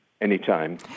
Anytime